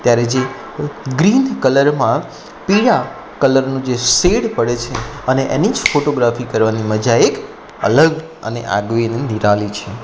ત્યારે જે ગ્રીન કલરમાં પીળા કલરનું જે શેડ પડે છે અને એની જ ફોટોગ્રાફી કરવાની મજા એક અલગ અને આગવી ને નિરાલી છે